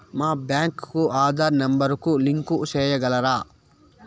మా బ్యాంకు కు ఆధార్ నెంబర్ కు లింకు సేయగలరా?